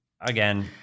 Again